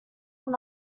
will